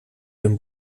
dem